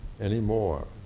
anymore